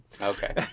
Okay